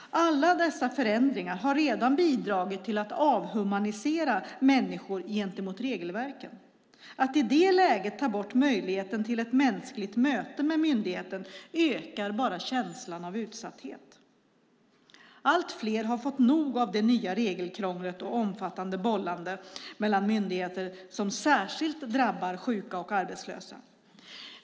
Alla dessa förändringar har redan bidragit till att avhumanisera människor gentemot regelverken. Att i det läget ta bort möjligheten till ett mänskligt möte med myndigheten ökar bara känslan av utsatthet. Allt fler har fått nog av det nya regelkrångel och omfattande bollande mellan myndigheter som särskilt drabbar sjuka och arbetslösa.